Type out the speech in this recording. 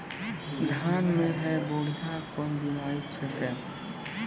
धान म है बुढ़िया कोन बिमारी छेकै?